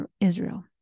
Israel